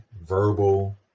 verbal